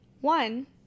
One